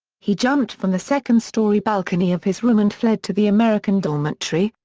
he jumped from the second-story balcony of his room and fled to the american dormitory,